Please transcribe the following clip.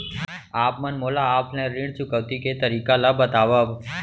आप मन मोला ऑफलाइन ऋण चुकौती के तरीका ल बतावव?